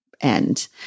end